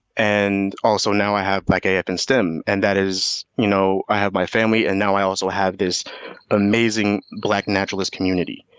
and also, now i have blackafinstem, and that is, you know i have my family and now i also have this amazing black naturalist community.